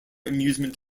amusement